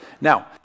Now